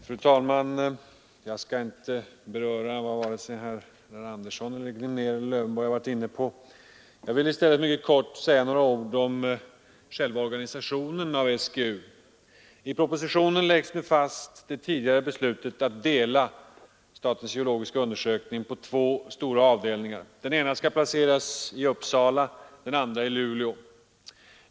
Fru talman! Jag skall inte beröra vare sig vad herr Andersson i Storfors, herr Glimnér eller herr Lövenborg varit inne på. Jag vill i stället mycket kort säga några ord om själva organisationen av SGU. I propositionen fastlägges nu det tidigare beslutet att dela Sveriges geologiska undersökning på två stora avdelningar. Den ena skall placeras i Uppsala, den andra i Luleå.